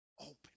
Open